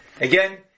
Again